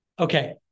Okay